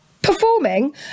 performing